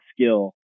skill